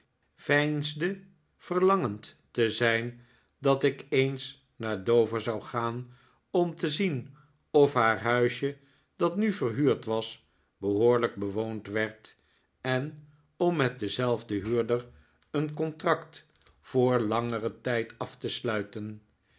veinsde verlangend te zijn dat ik eens naar dover zou gaan om te zien of haar huisje dat nu verhuurd was behoorlijk bewoond werd en om met denzelfden huurder een contract voor langeren tijd af te sluiten